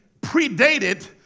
predated